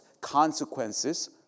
consequences